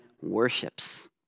worships